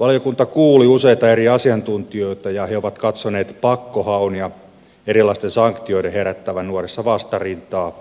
valiokunta kuuli useita eri asiantuntijoita ja he ovat katsoneet pakkohaun ja erilaisten sanktioiden herättävän nuorissa vastarintaa